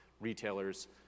retailers